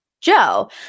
Joe